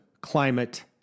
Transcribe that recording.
climate